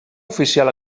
oficial